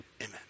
amen